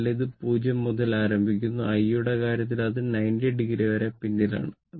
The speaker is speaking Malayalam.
അതിനാൽ ഇത് 0 മുതൽ ആരംഭിക്കുന്നു I യുടെ കാര്യത്തിൽ അത് 90o വരെ പിന്നിലാണ്